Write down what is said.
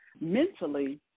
mentally